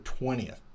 20th